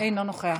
אינו נוכח.